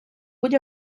будь